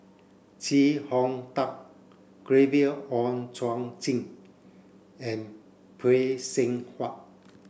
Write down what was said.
Chee Hong Tat Gabriel Oon Chong Jin and Phay Seng Whatt